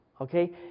okay